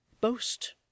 Boast